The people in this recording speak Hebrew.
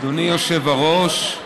אדוני היושב-ראש,